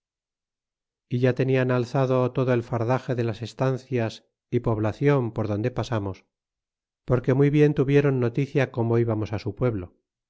e ya tenían alzado todo el fardaxe de las estancias y poblacion por donde pasamos porque muy bien tuviéron noticia como íbamos su pueblo